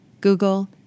Google